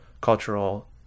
cultural